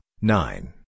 nine